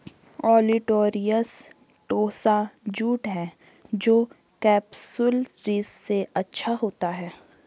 olitorius टोसा jute है जो केपसुलरिस से अच्छा होता है